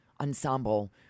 ensemble